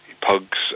pugs